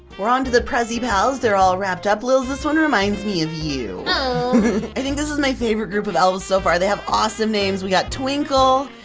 are on to the pressie pals, they're all wrapped up. lilz, this one reminds me of you. um i mean this is my favorite group of elves so far, they have awesome names. we got twinkle,